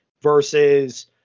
versus